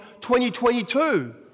2022